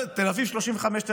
35,